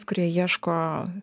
kurie ieško